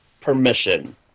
permission